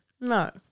No